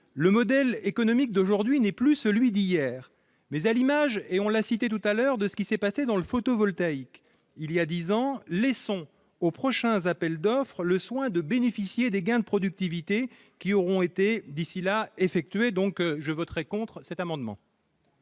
le modèle économique d'aujourd'hui n'est plus celui d'hier, mais à l'image, et on l'a cité tout à l'heure de ce qui s'est passé dans le photovoltaïque, il y a 10 ans, laissons aux prochains appels d'offres, le soin de bénéficier des gains de productivité qui auront été ici à effectuer, donc je voterai contre cet amendement.